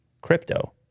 crypto